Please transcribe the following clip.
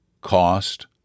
cost